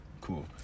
Cool